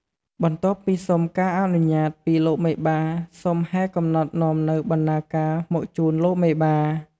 បន្ទាប់ពីសុំការអនុញ្ញាត ពីលោកមេបាសុំហែកំណត់នាំនូវ បណ្ណាការមកជូនលោកមេបា។